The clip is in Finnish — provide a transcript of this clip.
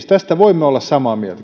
tästä voimme olla samaa mieltä